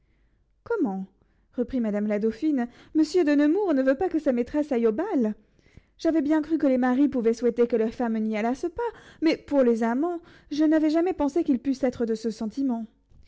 comment reprit madame la dauphine monsieur de nemours ne veut pas que sa maîtresse aille au bal j'avais bien cru que les maris pouvaient souhaiter que leurs femmes n'y allassent pas mais pour les amants je n'avais jamais pensé qu'ils pussent être de ce sentiment